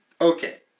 Okay